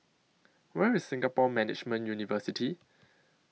Where IS Singapore Management University